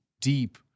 deep